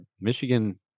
Michigan